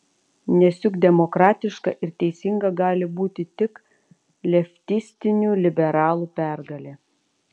nes juk demokratiška ir teisinga gali būti tik leftistinių liberalų pergalė